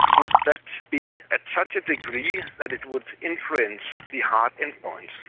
would that be at such a degree that it would influence the hard endpoints?